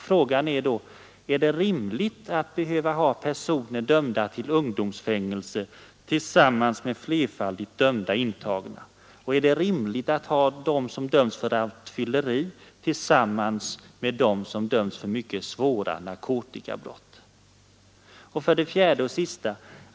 Frågan är då: Är det rimligt att behöva ha personer dömda till ungdomsfängelse tillsammans med flerfaldigt dömda intagna, och är det rimligt att ha dem som dömts för rattfylleri tillsammans med dem som dömts för mycket svåra narkotikabrott? 4.